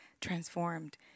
transformed